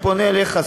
אני פונה אליך,